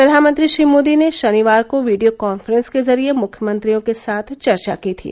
प्रधानमंत्री श्री मोदी ने शनिवार को वीडियो कान्फ्रेंस के जरिए मुख्यमंत्रियों के साथ चर्चा की थी